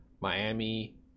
Miami